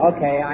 Okay